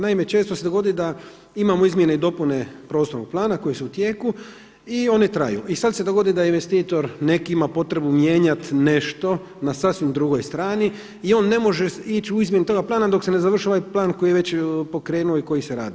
Naime, često se dogodi da imamo izmjene i dopune prostornog plana koji su u tijeku i oni traju i sada se dogodi da neki investitor neki ima potrebu mijenjati nešto na sasvim drugoj strani i on ne može ići u izmjenu tog plana dok se ne završi ovaj plan koji je već pokrenuo i koji se radi.